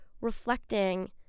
reflecting